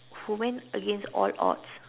who went against all odds